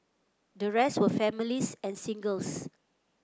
the rest were families and singles